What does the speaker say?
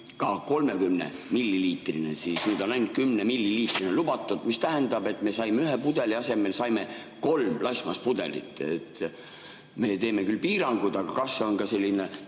ka 30‑milliliitrine, aga nüüd on ainult 10‑milliliitrine lubatud, mis tähendab, et me saime ühe pudeli asemel kolm plastmasspudelit. Me teeme küll piirangud, aga kas see on ka selline